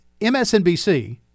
MSNBC